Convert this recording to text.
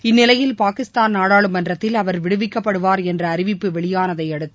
இந்நிலையில் பாகிஸ்தான் நாடாளுமன்றத்தில் அவர் விடுவிக்கப்படுவார் என்ற அறிவிப்பு வெளியானதை அடுத்து